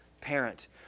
parent